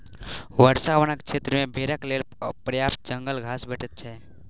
वर्षा वनक क्षेत्र मे भेड़क लेल पर्याप्त जंगल घास भेटैत छै